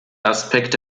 aspekte